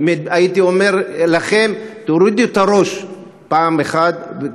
הייתי אומר לכם: תורידו את הראש פעם אחת,